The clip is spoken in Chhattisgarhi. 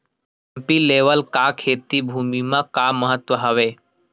डंपी लेवल का खेती भुमि म का महत्व हावे?